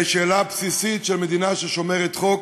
ואופוזיציה, אלא שאלה בסיסית של מדינה ששומרת חוק,